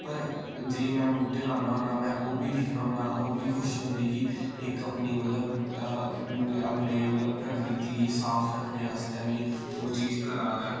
पर जेह्ड़े मैं बूह्टे लान्ना होन्ना में ओह् बी दिक्खना होन्नां ओह् बी खुशी होंदी कि इक अपनी मतलब अपनी मतलब प्रकृति गी साफ रक्खने आस्तै मि ओह् चीज करा दा ऐ